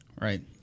Right